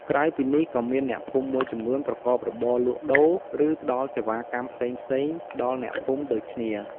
ក្រៅពីនេះ ក៏មានអ្នកភូមិមួយចំនួនប្រកបរបរលក់ដូរ ឬផ្តល់សេវាកម្មផ្សេងៗដល់អ្នកភូមិដូចគ្នា។